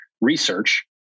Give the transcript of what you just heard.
research